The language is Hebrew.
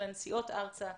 הנסיעות ארצה,